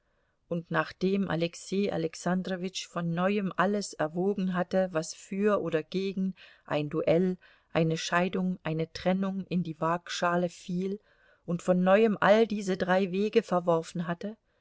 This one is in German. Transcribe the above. und nachdem alexei alexandrowitsch von neuem alles erwogen hatte was für oder gegen ein duell eine scheidung eine trennung in die waagschale fiel und von neuem all diese drei wege verworfen hatte